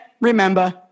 remember